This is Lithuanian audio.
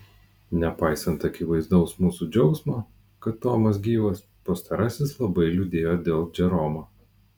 nepaisant akivaizdaus mūsų džiaugsmo kad tomas gyvas pastarasis labai liūdėjo dėl džeromo